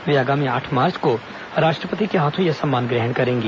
वे आगामी आठ मार्च को राष्ट्रपति के हाथों यह सम्मान ग्रहण करेंगी